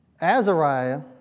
Azariah